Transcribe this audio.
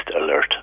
alert